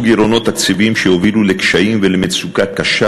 גירעונות תקציביים שהובילו לקשיים ולמצוקה קשה,